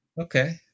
Okay